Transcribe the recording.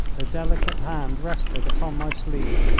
her delicate hand rested upon my sleeve,